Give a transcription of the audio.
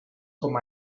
com